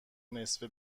نصفه